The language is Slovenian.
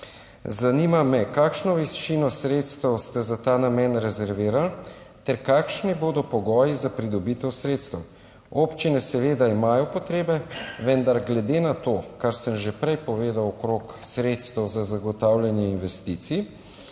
Zanima me: Kakšno višino sredstev ste za ta namen rezervirali? Kakšni bodo pogoji za pridobitev sredstev? Občine seveda imajo potrebe, vendar glede na to, kar sem že prej povedal okrog sredstev za zagotavljanje investicij,